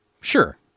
Sure